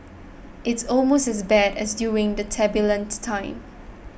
it's almost as bad as during the time